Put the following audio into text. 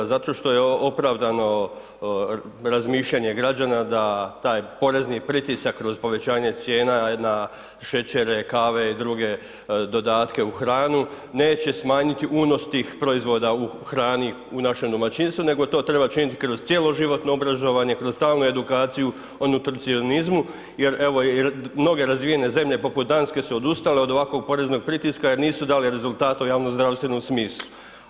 Zato što opravdano razmišljanje građana da taj porezni pritisak kroz povećanje cijena je na šećere, kave i druge dodatke u hranu neće smanjiti unos tih proizvoda u hrani u našem domaćinstvu nego to treba činiti kroz cjeloživotno obrazovanje, kroz stalnu edukaciju o nutricionizmu jer evo mnoge razvije zemlje poput Danske su odustale od ovakvog poreznog pritiska jer nisu dali rezultat u javnozdravstvenom smislu.